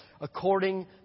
according